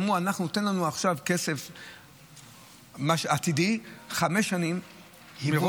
הם אמרו: תן לנו עכשיו כסף עתידי, חמש שנים מראש.